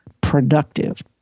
productive